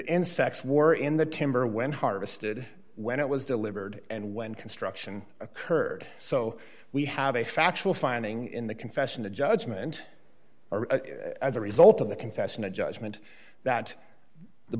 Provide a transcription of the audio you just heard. insects war in the timber when harvested when it was delivered and when construction occurred so we have a factual finding in the confession of judgment or as a result of the confession of judgment that the